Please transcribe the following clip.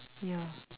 yeah